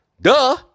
Duh